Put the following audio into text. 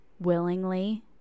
willingly